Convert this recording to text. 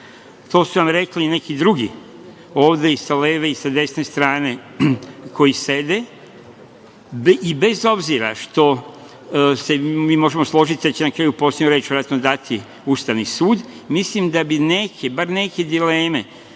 su vam rekli i neki drugi ovde i sa leve i sa desne strane koji sede. Bez obzira što se mi možemo složiti da će poslednju reč dati Ustavni sud, milim da bi bar neke dileme